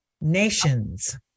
Nations